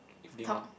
talk